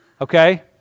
Okay